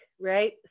right